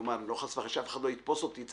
חס וחלילה שאף אחד לא יתפוס אותי במילה,